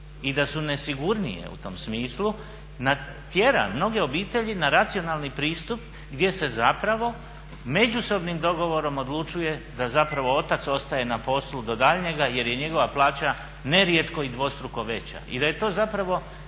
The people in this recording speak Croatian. i da su nesigurnije u tom smislu, tjera mnoge obitelji na racionalni pristup gdje se međusobnim dogovorom odlučuje da otac ostaje na poslu do daljnjega jer je njegova plaća nerijetko i dvostruko veća.